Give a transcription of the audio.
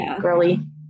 girly